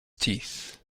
teeth